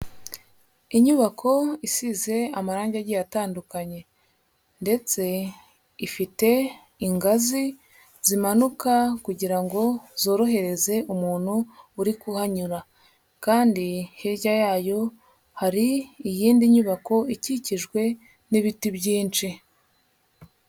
Inyubako isize amarangi agiye atandukanye ndetse ifite ingazi zimanuka kugira ngo zorohereze umuntu uri kuhanyura, kandi hirya yayo hari iyindi nyubako ikikijwe n'ibiti byinshi.